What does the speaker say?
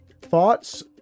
thoughts